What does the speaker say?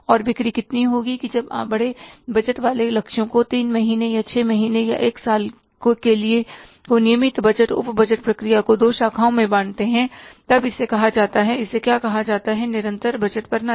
और बिक्री कितनी होगी कि जब आप बड़े बजट वाले लक्ष्यों को तीन महीने या छह महीने या एक साल के लिए को नियमित बजट उप बजट प्रक्रिया को दो शाखाओं में बांटते हैं तब इसे कहा जाता है इसे क्या कहा जाता है निरंतर बजट प्रणाली